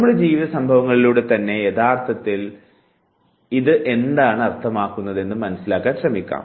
നമ്മുടെ ജീവിത സംഭവങ്ങളിലൂടെ തന്നെ യഥാർത്ഥത്തിൽ ഇത് എന്താണ് അർത്ഥമാക്കുന്നത് എന്ന് മനസിലാക്കാൻ ശ്രമിക്കാം